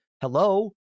hello